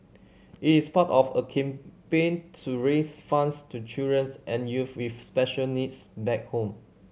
it is part of a campaign to raise funds to children's and youth with special needs back home